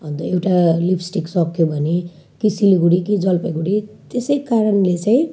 अन्त एउटा लिप्स्टिक सक्यो भने कि सिलगढी कि जलपाइगुडी त्यसै कारणले चाहिँ